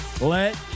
Let